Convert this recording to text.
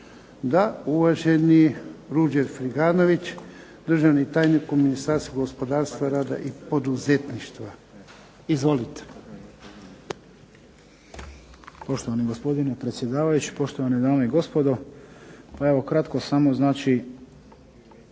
Da. Uvaženi Ruđer Friganović državni tajnik u Ministarstvu gospodarstva, rada i poduzetništva. Izvolite. **Friganović, Ruđer** Poštovani gospodine potpredsjedniče, poštovane dame i gospodo. Pa evo kratko samo znači